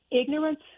Ignorance